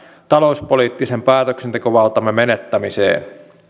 talouspoliittisen päätöksentekovaltamme menettämiseen